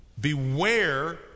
beware